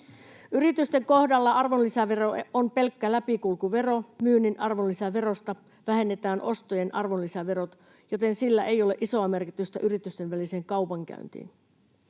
Yritysten kohdalla arvonlisävero on pelkkä läpikulkuvero. Myynnin arvonlisäverosta vähennetään ostojen arvonlisäverot, joten sillä ei ole isoa merkitystä yritysten väliseen kaupankäyntiin.